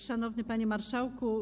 Szanowny Panie Marszałku!